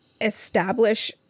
establish